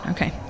Okay